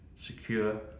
secure